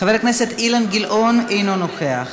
חבר הכנסת אילן גילאון, אינו נוכח.